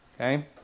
Okay